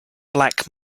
black